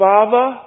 Father